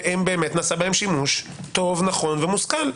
נעשה בהם שימוש נכון וטוב ומושכל.